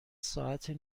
ساعت